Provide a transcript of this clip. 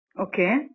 Okay